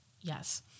Yes